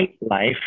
life